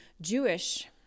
Jewish